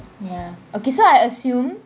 ya okay so I assume